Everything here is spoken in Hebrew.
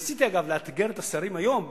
ניסיתי, אגב, לאתגר את השרים היום במסדרונות,